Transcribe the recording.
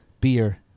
Beer